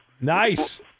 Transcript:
Nice